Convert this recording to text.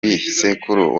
bisekuru